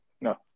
No